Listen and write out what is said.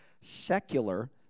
Secular